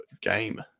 game